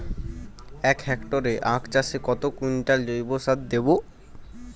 এক হেক্টরে আখ চাষে কত কুইন্টাল জৈবসার দেবো?